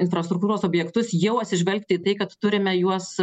infrastruktūros objektus jau atsižvelgti į tai kad turime juos